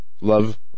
love